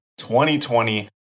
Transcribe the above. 2020